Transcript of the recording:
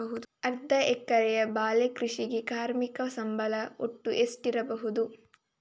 ಅರ್ಧ ಎಕರೆಯ ಬಾಳೆ ಕೃಷಿಗೆ ಕಾರ್ಮಿಕ ಸಂಬಳ ಒಟ್ಟು ಎಷ್ಟಿರಬಹುದು?